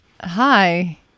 Hi